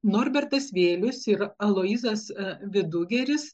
norbertas vėlius ir aloyzas vidugiris